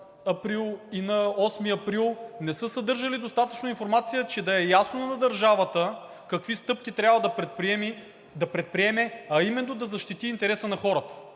и на 8 април, не са съдържали достатъчно информация, че да е ясно на държавата какви стъпки трябва да предприеме, а именно да защити интереса на хората.